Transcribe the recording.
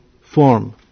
form